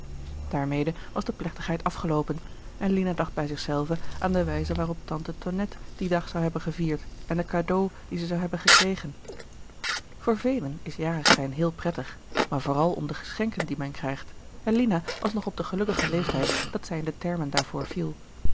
daarmede was de plechtigheid afgeloopen en lina dacht bij zich zelve aan de wijze waarop tante tonnette dien dag zou hebben gevierd en de cadeaux die ze zou hebben gekregen voor velen is jarigzijn heel prettig maar vooral om de geschenken die men krijgt en lina was nog op den gelukkigen leeftijd dat zij in de termen daarvoor viel